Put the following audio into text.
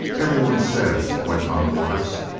everyone says, went on waters,